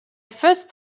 first